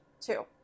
two